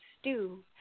stew